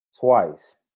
twice